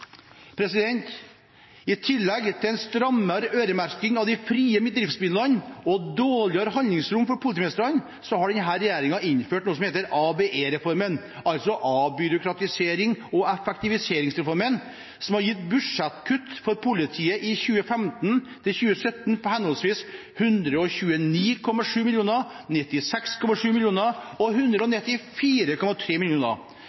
I tillegg til en strammere øremerking av de frie driftsmidlene og dårligere handlingsrom for politimestrene har denne regjeringen innført noe som heter ABE-reformen, altså avbyråkratiserings- og effektiviseringsreformen, som har gitt et budsjettkutt for politiet i 2015–2017 på henholdsvis 129,7 mill. kr, 96,7 mill. kr og